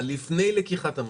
לפני לקיחת המשכנתא.